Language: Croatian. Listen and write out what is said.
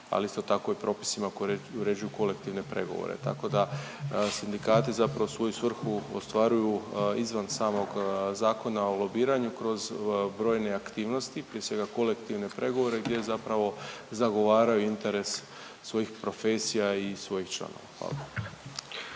ali isto tako je propisano koje uređuju kolektivne pregovore, tako da sindikati zapravo svoju svrhu ostvaruju izvan samog Zakona o lobiranju kroz brojne aktivnosti, prije svega, kolektivne pregovore gdje zapravo zagovaraju interes svojih i profesija i svojih članova.